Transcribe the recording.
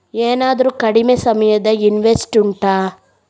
ಏನಾದರೂ ಕಡಿಮೆ ಸಮಯದ ಇನ್ವೆಸ್ಟ್ ಉಂಟಾ